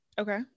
okay